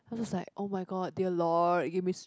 then i was like oh my god dear lord give me